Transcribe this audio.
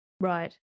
Right